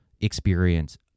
experience